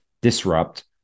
disrupt